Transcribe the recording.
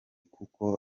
kuko